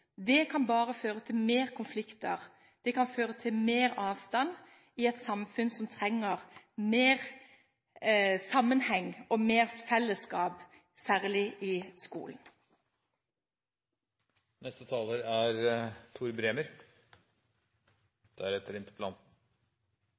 Det kan bare føre til mer konflikter og mer avstand i et samfunn som trenger mer sammenheng og mer fellesskap, særlig i